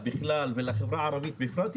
ולחברה הערבית בפרט,